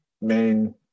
main